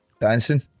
dancing